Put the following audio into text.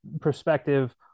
perspective